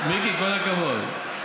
מיקי, כל הכבוד.